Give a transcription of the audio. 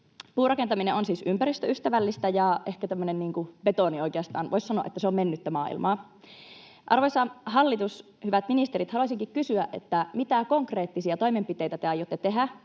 Puurakentaminen on siis ympäristöystävällistä. Ehkä voisi sanoa, että betoni on oikeastaan mennyttä maailmaa. Arvoisa hallitus, hyvät ministerit, haluaisinkin kysyä, mitä konkreettisia toimenpiteitä te aiotte tehdä,